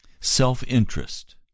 Self-interest